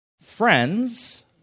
Friends